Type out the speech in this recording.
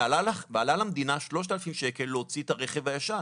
ועלה למדינה 3,000 שקלים להוציא את הרכב הישן,